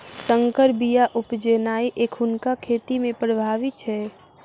सँकर बीया उपजेनाइ एखुनका खेती मे प्रभावी छै